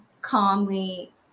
calmly